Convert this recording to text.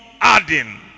adding